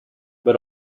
but